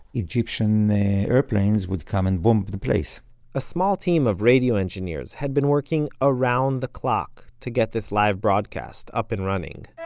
egyptian airplanes would come and bomb the place a small team of radio engineers had been working around the clock to get this live broadcast up and running